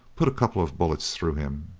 put a couple of bullets through him.